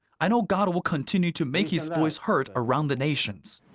i know god will continue to make his voice heard around the nations.